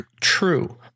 true